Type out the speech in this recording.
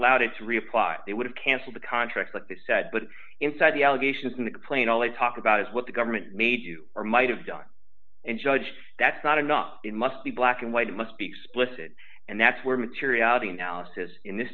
allowed it to reapply they would have cancel the contract but they said but inside the allegations in the complaint all they talk about is what the government made you or might have done and judged that's not enough in must be black and white it must be explicit and that's where materiality analysis in this